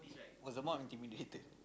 was the mum intimidated